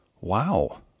wow